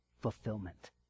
fulfillment